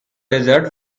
desert